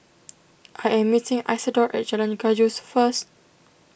I am meeting Isadore at Jalan Gajus first